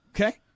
okay